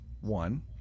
One